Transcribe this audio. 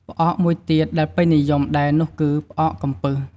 ផ្អកមួយទៀតដែលពេញនិយមដែរនោះគឺ ផ្អកកំពឹស។